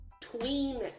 tween